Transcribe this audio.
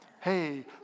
Hey